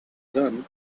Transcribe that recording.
done